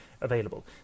available